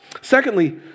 Secondly